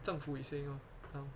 政府 saying orh just now